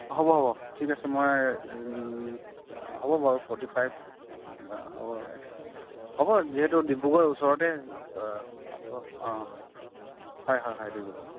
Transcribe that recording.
হ'ব হ'ব ঠিক আছে মই হ'ব বাৰু ফৰ্টি ফাইভ হ'ব লাগে হ'ব যিহেতু ডিব্ৰুগড় ওচৰতে হয় হয় হয় ডিব্ৰুগড়